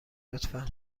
لطفا